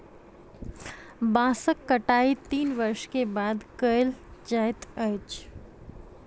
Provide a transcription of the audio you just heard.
बांसक कटाई तीन वर्ष के बाद कयल जाइत अछि